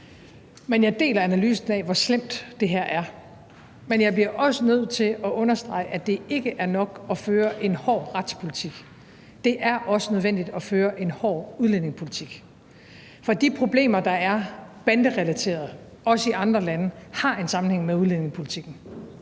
men jeg deler analysen af, hvor slemt det her er. Men jeg bliver også nødt til at understrege, at det ikke er nok at føre en hård retspolitik. Det er også nødvendigt at føre en hård udlændingepolitik, for de problemer, der er banderelaterede, også i andre lande, har en sammenhæng med udlændingepolitikken.